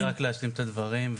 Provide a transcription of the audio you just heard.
רק אשלים את הדברים,